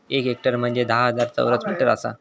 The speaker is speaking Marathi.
एक हेक्टर म्हंजे धा हजार चौरस मीटर आसा